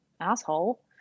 asshole